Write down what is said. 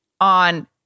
on